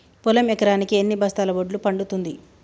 పొలం ఎకరాకి ఎన్ని బస్తాల వడ్లు పండుతుంది?